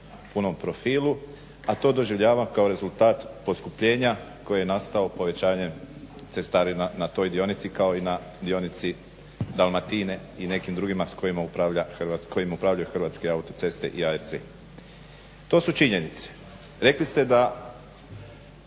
punom profilu, a to doživljavam kao rezultat poskupljenja koje je nastalo povećanjem cestarina na toj dionici kao i na dionici Dalmatine i nekim drugima kojim upravljaju Hrvatske autoceste i ARZ. To su činjenice. Rekli ste da